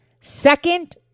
Second